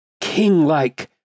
king-like